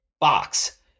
box